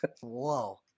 whoa